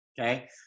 okay